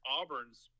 Auburn's